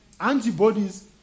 Antibodies